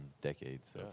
decades